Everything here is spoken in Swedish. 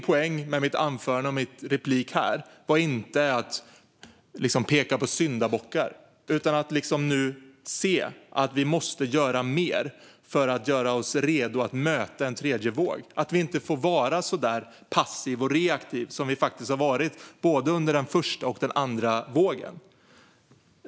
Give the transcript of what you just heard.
Poängen med mitt anförande och mina repliker här var inte att peka ut syndabockar, utan poängen var att vi måste göra mer för att göra oss redo att möta en tredje våg. Vi får inte vara så passiva och reaktiva som vi faktiskt har varit under både den första och den andra vågen.